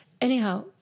anyhow